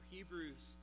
Hebrews